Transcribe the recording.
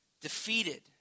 defeated